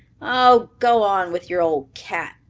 oh, go on with your old cat!